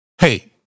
Hey